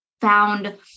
found